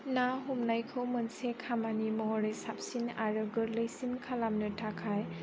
ना हमनायखौ मोनसे खामानि महरै साबसिन आरो गोरलैसिन खालामनो थाखाय